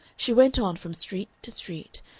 she went on from street to street,